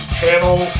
Channel